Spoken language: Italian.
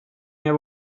mia